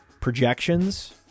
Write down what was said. projections